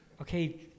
okay